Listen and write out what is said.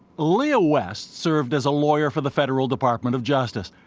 leah west served as a lawyer for the federal department of justice.